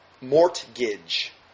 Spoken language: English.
Mortgage